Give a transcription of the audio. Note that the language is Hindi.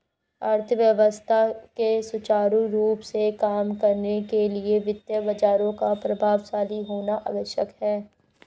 अर्थव्यवस्था के सुचारू रूप से काम करने के लिए वित्तीय बाजारों का प्रभावशाली होना आवश्यक है